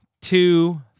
two